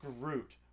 Groot